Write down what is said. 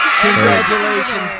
Congratulations